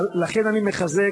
לכן אני מחזק,